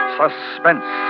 suspense